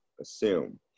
assume